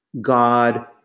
God